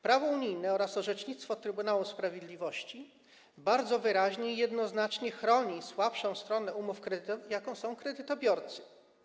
Prawo unijne oraz orzecznictwo Trybunału Sprawiedliwości bardzo wyraźnie i jednoznacznie chronią słabszą stronę umów kredytowych, jaką są kredytobiorcy.